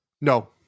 No